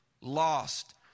lost